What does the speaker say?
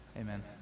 Amen